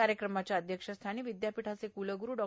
कार्यक्रमाच्या अध्यक्षस्थानी विद्यापीठाचे कुलगुरू डॉ